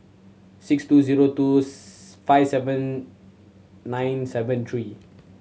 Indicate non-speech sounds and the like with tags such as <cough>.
six two zero two <unintelligible> five seven nine seven three